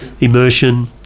immersion